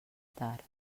tard